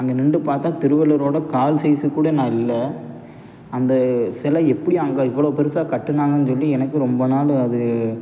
அங்கே நின்டுபார்த்தா திருவள்ளுவரோட கால் சைஸ் கூட நான் இல்லை அந்த சிலை எப்படி அங்கே இவ்வளோ பெருசாக கட்டினாங்கங்கனு சொல்லி எனக்கு ரொம்ப நாள் அது